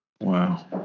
Wow